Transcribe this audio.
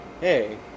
hey